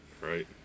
right